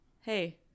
hey